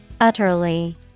Utterly